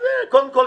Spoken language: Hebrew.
אז הינה,